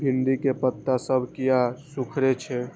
भिंडी के पत्ता सब किया सुकूरे छे?